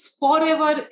forever